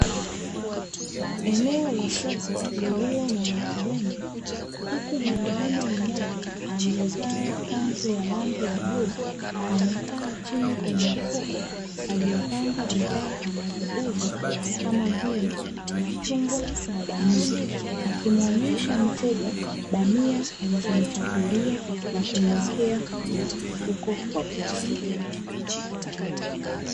Eneo la soko lililo na watu wengi, huku mwanaume mmoja aliyevaa kanzu ya rangi ya bluu, amekaa chini kwenye mfuko aliopanga bidhaa anazouza, kama vile machungwa na bamia, akimuonyesha mteja bamia alizomchagulia na kumuwekea kwenye mfuko wa plastiki.